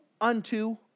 unto